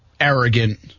arrogant